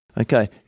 Okay